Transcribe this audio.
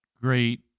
great